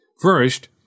First